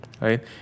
Right